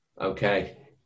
Okay